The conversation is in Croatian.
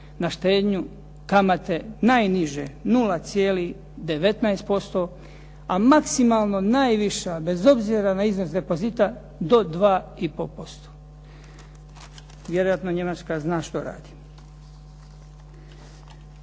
na štednju kamate najniže 0,19%, a maksimalno najviša, bez obzira na iznos depozita do 2,5%. Vjerojatno Njemačka zna što radi.